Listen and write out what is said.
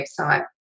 website